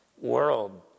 world